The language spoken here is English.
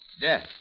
Death